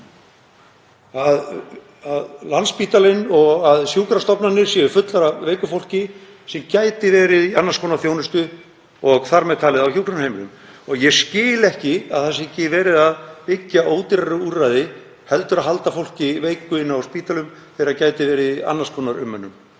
að drukkna, hann og sjúkrastofnanir eru fullar af veiku fólki sem gæti verið í annars konar þjónustu, þar með talið á hjúkrunarheimilum. Ég skil ekki að það sé ekki verið að byggja ódýrari úrræði heldur en þau að halda fólki veiku á spítölum þegar það gæti verið í annars konar umönnun.